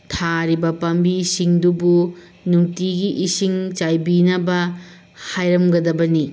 ꯊꯥꯔꯤꯕ ꯄꯥꯝꯕꯤꯁꯤꯡꯗꯨꯕꯨ ꯅꯨꯡꯇꯤꯒꯤ ꯏꯁꯤꯡ ꯆꯥꯏꯕꯤꯅꯕ ꯍꯥꯏꯔꯝꯒꯗꯕꯅꯤ